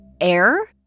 air